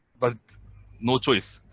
but no choice.